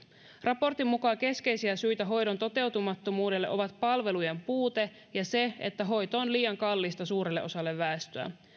raportin mukaan keskeisiä syitä hoidon toteutumattomuudelle ovat palvelujen puute ja se että hoito on liian kallista suurelle osalle väestöä